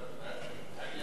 טליה ששון,